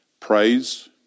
Praise